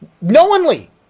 knowingly